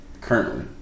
currently